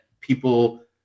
people